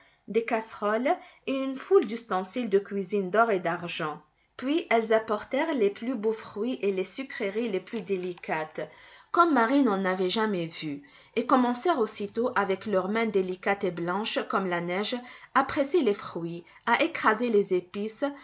des casseroles et une foule d'ustensiles de cuisine d'or et d'argent puis elles apportèrent les plus beaux fruits et les sucreries les plus délicates comme marie n'en avait jamais vus et commencèrent aussitôt avec leurs mains délicates et blanches comme la neige à presser les fruits à écraser les épices